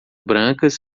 brancas